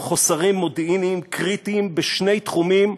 חוסרים מודיעיניים קריטיים בשני תחומים,